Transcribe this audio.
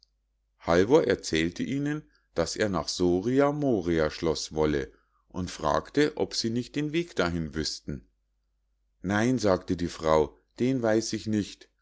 halvor erzählte ihnen daß er nach soria moria schloß wolle und fragte ob sie nicht den weg dahin wüßten nein sagte die frau den weiß ich nicht